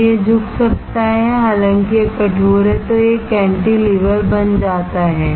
यदि यह झुक सकता है हालांकि यह कठोर है तो यह कैंटीलेवर बन जाता है